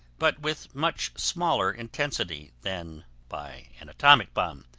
but with much smaller intensity than by an atomic bomb,